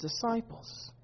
disciples